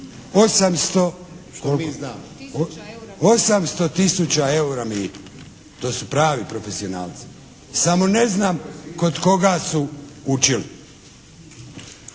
800 tisuća eura mita. To su pravi profesionalci. Samo ne znam kod koga su učili?